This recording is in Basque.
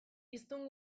hiztun